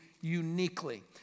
uniquely